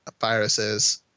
viruses